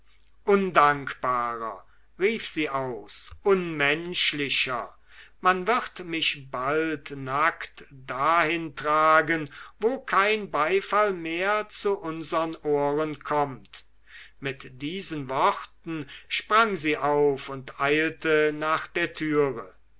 undankbarer rief sie aus unmenschlicher man wird mich bald nackt dahin tragen wo kein beifall mehr zu unsern ohren kommt mit diesen worten sprang sie auf und eilte nach der türe